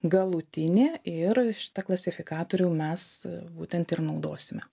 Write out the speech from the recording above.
galutinė ir šitą klasifikatorių mes būtent ir naudosime